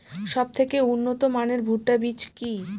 সবথেকে উন্নত মানের ভুট্টা বীজ কি?